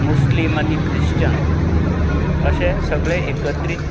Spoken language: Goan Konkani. मुस्लिम आनी क्रिश्चन अशें सगळें एकत्रीत